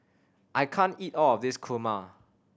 I can't eat all of this kurma